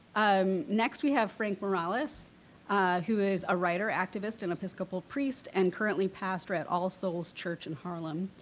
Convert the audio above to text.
um next we have frank morales who is a writer, activist, and episcopal priest and currently pastor at all souls church in harlem.